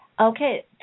Okay